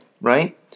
right